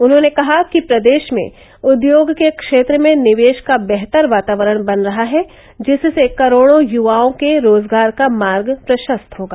उन्होंने कहा कि प्रदेश में उद्योग के क्षेत्र में निवेश का बेहतर वातावरण बन रहा है जिससे करोड़ो युवाओं के रोजगार का मार्ग प्रशस्त होगा